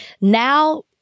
Now